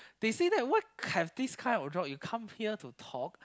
they say that what have this kind of job you come here to talk